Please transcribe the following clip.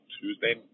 Tuesday